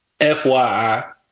FYI